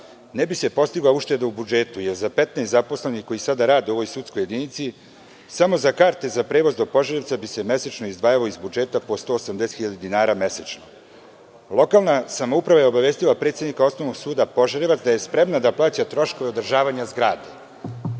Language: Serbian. ne bi se postigla ušteda u budžetu, jer za 15 zaposlenih koji sada rade u ovoj sudskoj jedinici, samo za karte za prevoz do Požarevca bi se mesečno izdvajalo iz budžeta po 180.000 dinara mesečno. Lokalna samouprava je obavestila predsednika Osnovnog suda Požarevac da je spremna da plaća troškove održavanja zgrade.